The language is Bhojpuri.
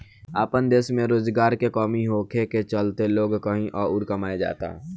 आपन देश में रोजगार के कमी होखे के चलते लोग कही अउर कमाए जाता